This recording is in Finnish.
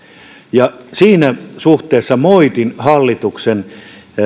siinä suhteessa moitin hallituksen